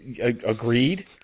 Agreed